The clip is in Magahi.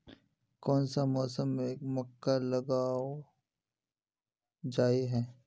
कोन सा मौसम में मक्का लगावल जाय है?